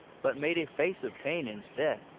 but made a face of pain instead.